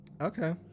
Okay